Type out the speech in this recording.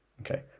Okay